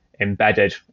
embedded